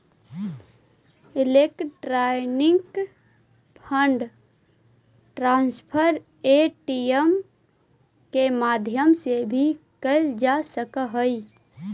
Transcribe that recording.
electronic fund transfer ATM के माध्यम से भी कैल जा सकऽ हइ